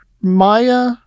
Maya